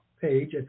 page